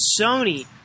Sony